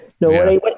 no